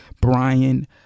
Brian